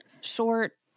short